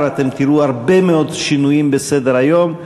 אתם תראו הרבה מאוד שינויים בסדר-היום,